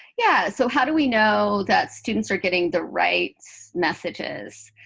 yeah, so how do we know that students are getting the right messages?